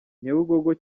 nyabugogo